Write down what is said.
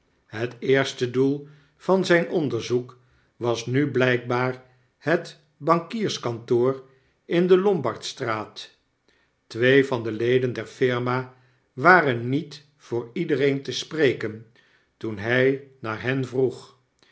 het eerste doel van zyn onderzoek was nu bljjkbaar het bankierskantoor in de lombardstraat twee van de leden der firma waren niet voor iedereen te spreken toen hy naar hen vroeg